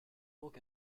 donc